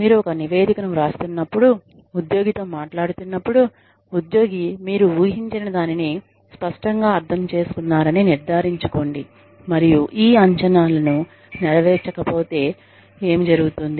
మీరు ఒక నివేదికను వ్రాస్తున్నప్పుడు ఉద్యోగితో మాట్లాడుతున్నప్పుడు ఉద్యోగి మీరు ఊహించినదానిని స్పష్టంగా అర్థం చేసుకున్నారని నిర్ధారించుకోండి మరియు ఈ అంచనాలను నెరవేర్చకపోతే ఏమి జరుగుతుంది